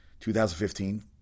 2015